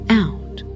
out